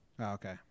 Okay